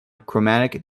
chromatic